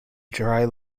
dry